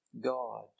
God